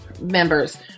members